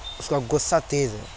اس کا غصہ تیز ہے